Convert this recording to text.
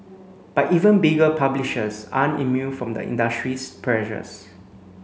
but even bigger publishers aren't immune from the industry's pressures